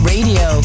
Radio